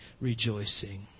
rejoicing